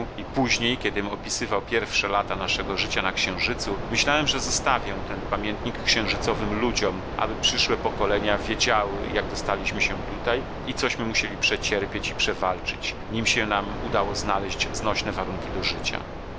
i później kiedym opisywał pierwsze lata naszego życia na księżycu myślałem że zostawię ten pamiętnik księżycowym ludziom aby przyszłe pokolenia wiedziały jak dostaliśmy się tutaj i cośmy musieli przecierpieć i przewalczyć nim się nam udało znaleść znośne warunki do życia